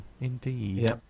indeed